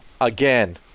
again